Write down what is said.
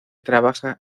trabaja